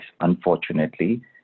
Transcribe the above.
unfortunately